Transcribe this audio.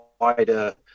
wider